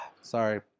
Sorry